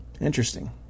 Interesting